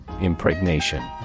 Impregnation